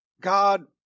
God